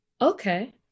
Okay